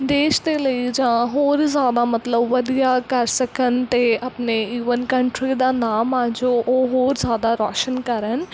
ਦੇਸ਼ ਦੇ ਲਈ ਜਾਂ ਹੋਰ ਜ਼ਿਆਦਾ ਮਤਲਬ ਵਧੀਆ ਕਰ ਸਕਣ ਅਤੇ ਆਪਣੇ ਈਵਨ ਕੰਟਰੀ ਦਾ ਨਾਮ ਆ ਜੋ ਉਹ ਹੋਰ ਜ਼ਿਆਦਾ ਰੋਸ਼ਨ ਕਰਨ